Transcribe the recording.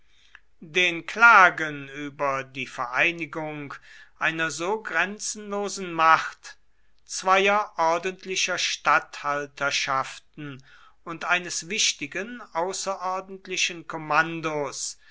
den klagen über die vereinigung einer so grenzenlosen macht zweier ordentlicher statthalterschaften und eines wichtigen außerordentlichen kommandos